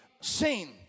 seen